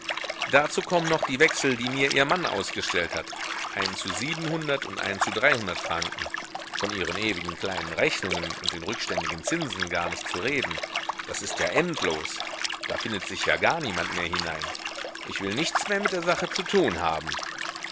dazu kommen noch die wechsel die mir ihr mann ausgestellt hat einen zu siebenhundert und einen zu dreihundert franken von ihren ewigen kleinen rechnungen und den rückständigen zinsen gar nicht zu reden das ist ja endlos da findet sich ja gar niemand mehr hinein ich will nichts mehr mit der sache zu tun haben